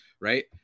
Right